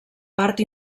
part